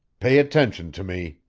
pay attention to me.